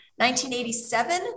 1987